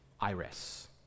iris